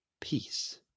peace